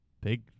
big